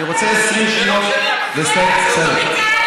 איזה התנצלות, זו לא התנצלות מהלב.